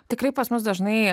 tikrai pas mus dažnai